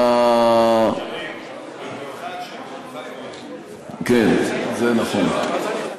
כן, זה נכון.